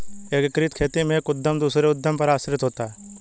एकीकृत खेती में एक उद्धम दूसरे उद्धम पर आश्रित होता है